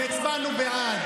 והצבענו בעד,